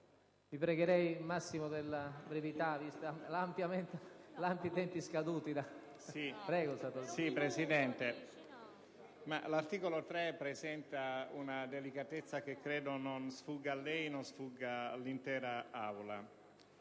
l'articolo 3 presenta una delicatezza che credo non sfugga a lei, né all'intera